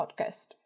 podcast